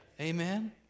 amen